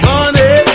Money